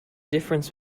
difference